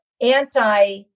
anti